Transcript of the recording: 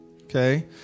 okay